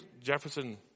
Jefferson